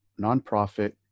nonprofit